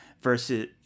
versus